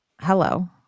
Hello